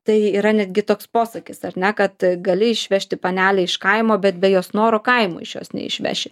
tai yra netgi toks posakis ar ne kad gali išvežti panelę iš kaimo bet be jos noro kaimo iš jos neišveši